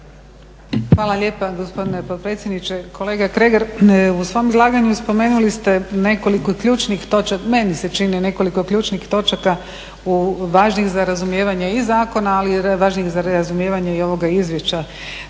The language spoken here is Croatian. Hvala lijepa gospodine potpredsjedniče. Kolega Kregar u svom izlaganju spomenuli ste, meni se čini nekoliko ključnih točaka važnih za razumijevanja i zakona ali važnih i za razumijevanje i ovoga izvješća.